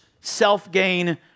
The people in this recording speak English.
self-gain